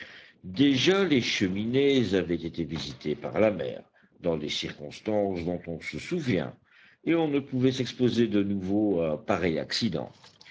déjà les cheminées avaient été visitées par la mer dans des circonstances dont on se souvient et on ne pouvait s'exposer de nouveau à pareil accident